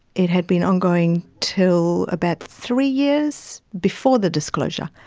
it had been ongoing till about three years before the disclosure,